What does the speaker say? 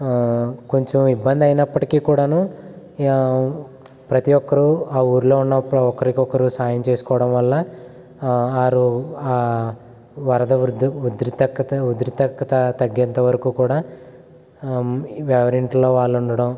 కొంచెం ఇబ్బంది అయినప్పటికి కూడా ప్రతి ఒక్కరు ఆ ఊళ్ళో ఉన్న ఒకరికొకరు సహాయం చేసుకోవడం వల్ల ఆరు వరద ఉదృతకత ఉదృక్తత తగ్గే వరకు కూడా ఎవరి ఇంటిలో వాళ్ళు ఉండడం